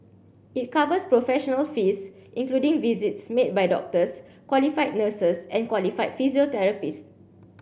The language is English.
it covers professional fees including visits made by doctors qualified nurses and qualified physiotherapists